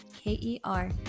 K-E-R